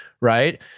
right